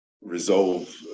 resolve